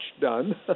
done